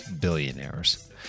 billionaires